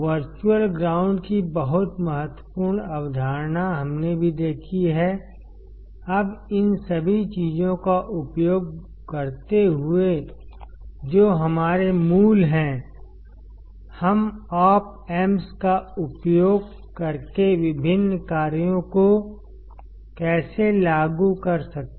virtual ground की बहुत महत्वपूर्ण अवधारणा हमने भी देखी है अब इन सभी चीजों का उपयोग करते हुए जो हमारे मूल हैं हम ऑप एम्प्स का उपयोग करके विभिन्न कार्यों को कैसे लागू कर सकते हैं